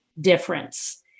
difference